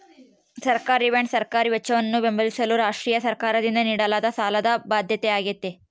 ಸರ್ಕಾರಿಬಾಂಡ್ ಸರ್ಕಾರಿ ವೆಚ್ಚವನ್ನು ಬೆಂಬಲಿಸಲು ರಾಷ್ಟ್ರೀಯ ಸರ್ಕಾರದಿಂದ ನೀಡಲಾದ ಸಾಲದ ಬಾಧ್ಯತೆಯಾಗೈತೆ